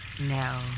No